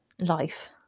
life